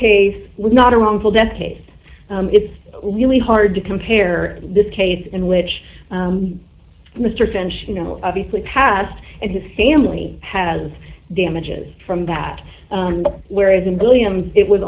case was not a wrongful death case it's really hard to compare this case in which mr finch you know obviously passed and his family has damages from that whereas in billions it was